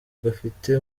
gafite